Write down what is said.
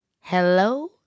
Hello